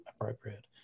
appropriate